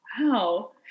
Wow